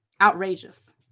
outrageous